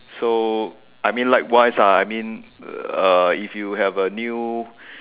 so I mean likewise lah I mean uh if you have a new